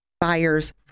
buyer's